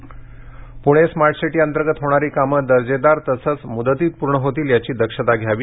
Ajit Pawar Pune smart city अंतर्गत होणारी कामं दर्जेदार तसंच मुदतीत पूर्ण होतील याची दक्षता घ्यावी